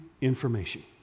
information